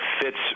fits